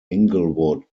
inglewood